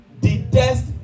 detest